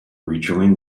rejoined